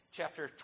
chapter